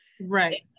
Right